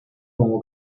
como